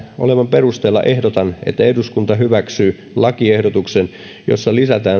perusteella ehdotan että eduskunta hyväksyy lakiehdotuksen jossa